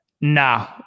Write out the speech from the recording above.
No